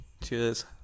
cheers